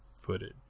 footage